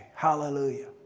Hallelujah